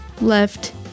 left